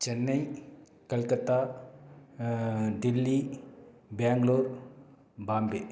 Chennai Calcutta Delhi Bangalore Bombay